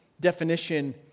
definition